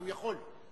הוא יכול,